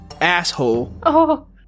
asshole